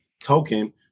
token